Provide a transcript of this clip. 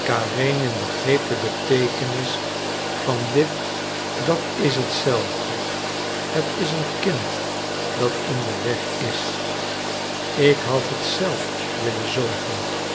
begreep de beteekenis van dit dat is hetzelfde het is een kind dat in den weg is ik had het zelf willen zoogen